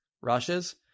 rushes